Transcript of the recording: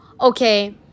okay